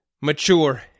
mature